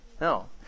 No